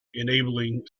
enabling